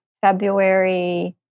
February